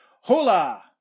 Hola